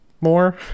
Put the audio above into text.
more